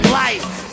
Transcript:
life